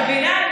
את מבינה?